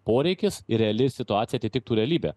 poreikis ir reali situacija atitiktų realybę